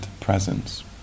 presence